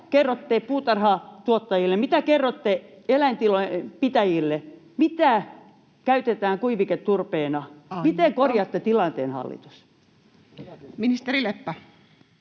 kerrotte puutarhatuottajille, mitä kerrotte eläintilojen pitäjille, mitä käytetään kuiviketurpeena? [Puhemies: Aika!] Miten korjaatte tilanteen, hallitus? Ministeri Leppä.